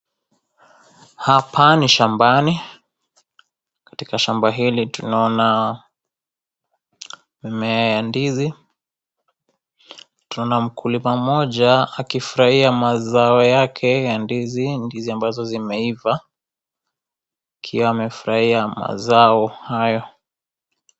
Hapa ni shambani, katika shamba hili tunaona mimea ya ndizi, tunaona mkulima mmoja akifurahia mazao yake ya ndizi, ndizi ambazo zimeiva, akiwa amefurahia mazao hayo.